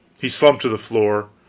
he slumped to the floor,